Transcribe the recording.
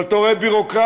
אבל אתה רואה ביורוקרטיה,